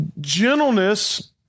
Gentleness